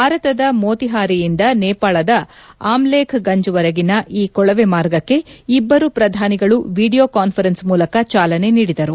ಭಾರತದ ಮೋತಿಹಾರಿಯಿಂದ ನೇಪಾಳದ ಅಮ್ಲೇಖ್ಗಂಜ್ವರೆಗಿನ ಈ ಕೊಳವೆಮಾರ್ಗಕ್ಕೆ ಇಬ್ಲರೂ ಪ್ರಧಾನಿಗಳು ವಿಡಿಯೋ ಕಾನ್ಫರೆನ್ಸ್ ಮೂಲಕ ಚಾಲನೆ ನೀಡಿದರು